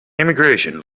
immigration